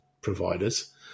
providers